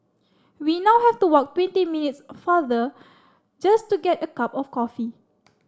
we now have to walk twenty minutes farther just to get a cup of coffee